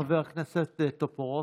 חבר הכנסת טופורובסקי,